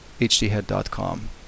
HDhead.com